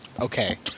okay